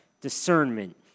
discernment